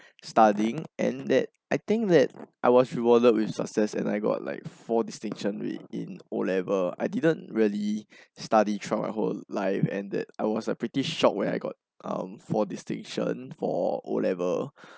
studying and that I think that I was rewarded with success and I got like four distinction with in O level I didn't really study throughout my whole life and that I was like pretty shocked when I got um four distinction for O level